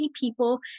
people